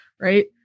right